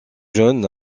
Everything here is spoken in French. jeune